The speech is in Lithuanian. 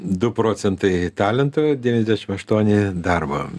du procentai talento devyniasdešim aštuoni darbo